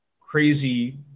crazy